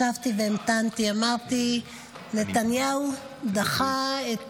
ישבתי והמתנתי, אמרתי: נתניהו דחה את